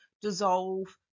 dissolve